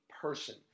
person